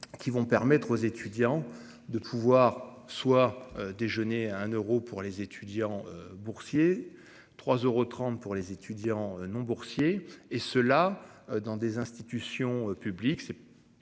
qui vont permettre aux étudiants de pouvoir soit déjeuner à un euro pour les étudiants boursiers. 3 euros 30 pour les étudiants non boursiers et cela dans des institutions publiques